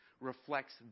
reflects